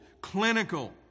clinical